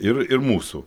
ir ir mūsų